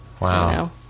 Wow